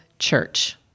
church